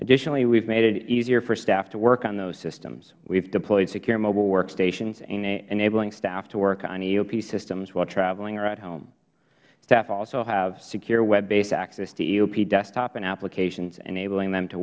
additionally we have made it easier for staff to work on those systems we have deployed secure mobile workstations enabling staff to work on eop systems while traveling or at home staff also have secure web based access to eop desktop and applications enabling them to